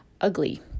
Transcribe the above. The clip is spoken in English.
ugly